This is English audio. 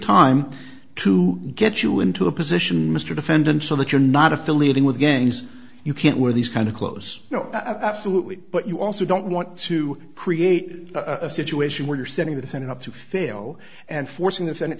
time to get you into a position mr defendant so that you're not affiliated with gangs you can't wear these kind of clothes absolutely but you also don't want to create a situation where you're setting the thing up to fail and forcing the sen